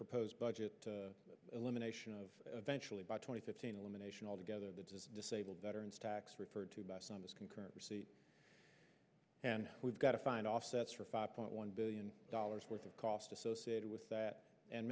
proposed budget elimination of eventually by twenty fifteen elimination altogether disabled veterans tax referred to by some as concurrent and we've got to find offsets for five point one billion dollars worth of costs associated with that and